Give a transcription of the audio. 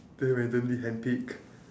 play randomly and pick